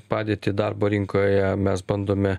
padėtį darbo rinkoje mes bandome